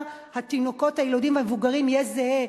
התינוקות היילודים והמבוגרים יהיה זהה.